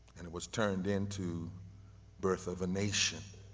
and it was turned into birth of a nation.